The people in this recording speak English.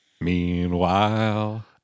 Meanwhile